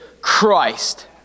Christ